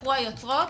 שהתהפכו היוצרות?